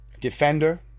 Defender